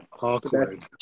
Awkward